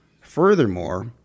Furthermore